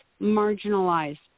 marginalized